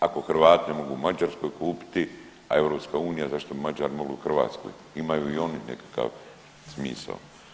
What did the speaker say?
Ako Hrvati ne mogu u Mađarskoj kupiti, a EU, zašto bi Mađar mogao u Hrvatskoj imaju i oni nekakav smisao.